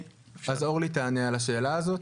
אורלי תענה על השאלה הזאת.